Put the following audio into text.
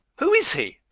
who is he?